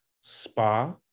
spa